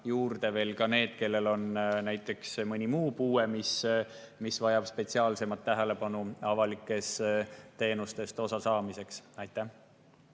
juurde veel need, kellel on mõni muu puue, mis vajab spetsiaalset tähelepanu avalikest teenustest osasaamiseks. Priit